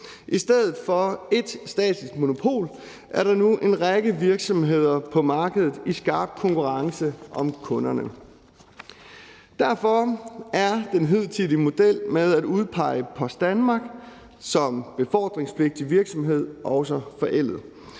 I stedet for ét statsligt monopol, er der nu en række virksomheder på markedet i skarp konkurrence om kunderne. Derfor er den hidtidige model med at udpege Post Danmark som befordringspligtig virksomhed også forældet.